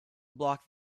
block